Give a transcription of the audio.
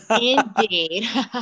Indeed